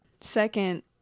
Second